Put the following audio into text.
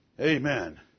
Amen